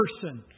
person